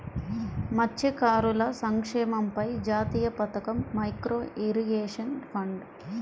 మత్స్యకారుల సంక్షేమంపై జాతీయ పథకం, మైక్రో ఇరిగేషన్ ఫండ్